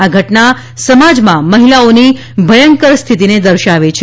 આ ઘટના સમાજમાં મહિલાઓની ભયંકર સ્થિતિને દર્શાવે છે